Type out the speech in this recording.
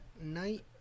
night